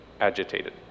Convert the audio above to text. agitated